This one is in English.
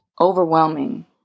overwhelming